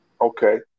Okay